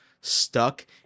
stuck